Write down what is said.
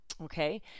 Okay